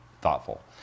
thoughtful